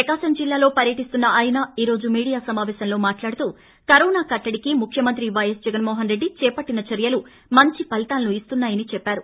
ప్రకాశం జిల్లాలో పర్యటిస్తున్న ఆయన ఈరోజు మీడియా సమాపేశంలో మాట్లాడుతూ కరోనా కట్లడికి ముఖ్యమంత్రి పైఎస్ జగన్ మోహన్ రెడ్డి చేపట్టిన చర్యలు మంచి ఫలితాలను ఇస్తున్నా యని చెప్పారు